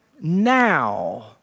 now